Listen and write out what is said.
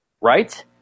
Right